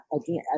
again